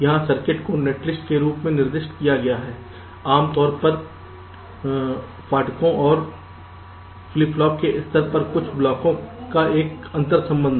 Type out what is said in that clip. यहां सर्किट को नेटलिस्ट के रूप में निर्दिष्ट किया गया है मतलब आमतौर पर फाटकों और फ्लिप फ्लॉप के स्तर पर कुछ ब्लॉकों का एक अंतर्संबंध